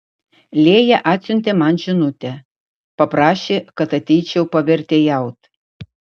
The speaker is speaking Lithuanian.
lėja atsiuntė man žinutę paprašė kad ateičiau pavertėjaut